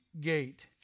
gate